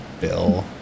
Bill